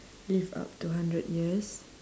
live up to hundred years